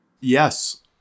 Yes